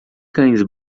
cães